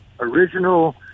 Original